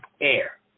air